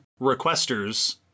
requesters